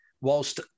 whilst